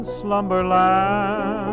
slumberland